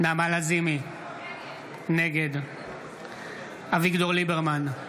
נעמה לזימי, נגד אביגדור ליברמן,